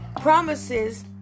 Promises